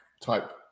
type